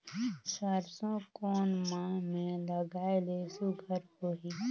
सरसो कोन माह मे लगाय ले सुघ्घर होही?